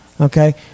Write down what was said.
Okay